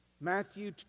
Matthew